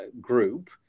group